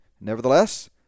nevertheless